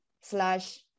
slash